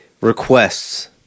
requests